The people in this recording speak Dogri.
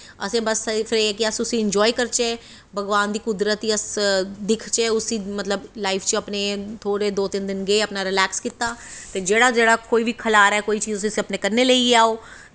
असें सिर्फ एह् ऐ कि अस उस्सी इंजाय करचै भगवान दी कुदरत गी अस दिखचै अस उस्सी मतलब लाइफ च थोह्ड़े दो तिन्न दिन गे ते रिलैक्स कीता ते जेह्ड़ा जेह्ड़ा खलारै कोई चीज उसी अपनै कन्नै लेई आओ